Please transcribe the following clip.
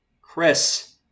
Chris